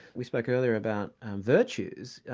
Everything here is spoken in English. we spoke earlier about virtues.